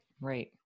right